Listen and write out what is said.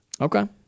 Okay